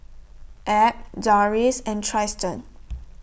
Ab Dorris and Trystan